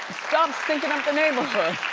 stop stinking up the neighborhood.